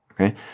okay